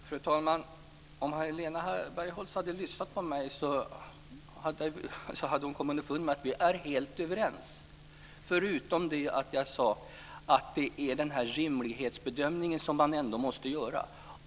Fru talman! Om Helena Bargholtz hade lyssnat på mig hade hon kommit underfund med att vi är helt överens, förutom den rimlighetsbedömning som jag sade att man ändå måste göra.